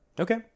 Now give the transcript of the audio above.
Okay